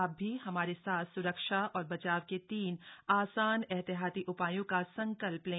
आप भी हमारे साथ स्रक्षा और बचाव के तीन आसान एहतियाती उपायों का संकल्प लें